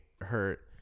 hurt